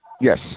Yes